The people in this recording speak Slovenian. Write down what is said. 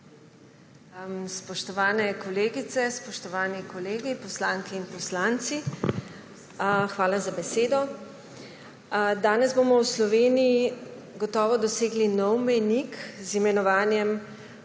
Spoštovane kolegice, spoštovani kolegi, poslanke in poslanci! Hvala za besedo. Danes bomo v Sloveniji gotovo dosegli nov mejnik z imenovanjem